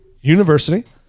university